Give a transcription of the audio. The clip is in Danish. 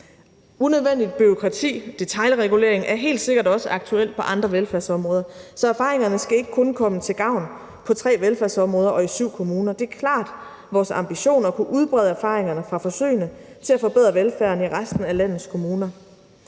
Unødvendigt bureaukrati, detailregulering er helt sikkert også aktuelt på andre velfærdsområder, så erfaringerne skal ikke kun komme til gavn på tre velfærdsområder og i syv kommuner. Det er klart vores ambition at kunne udbrede erfaringerne fra forsøgene til at forbedre velfærden i resten af landets kommuner.